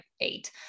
eight